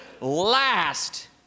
last